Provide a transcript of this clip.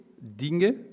Dinge